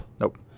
Nope